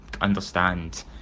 understand